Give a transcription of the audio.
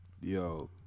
Yo